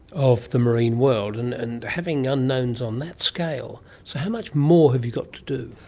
of the marine world, and and having unknowns on that scale. so how much more have you got to do?